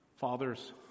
Fathers